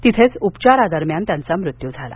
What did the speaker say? तिथेच उपचारादरम्यान त्यांचा मुत्यू झाला